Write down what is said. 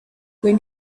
when